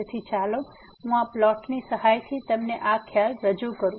તેથી ચાલો હું આ પ્લોટની સહાયથી તમને આ ખ્યાલને રજૂ કરું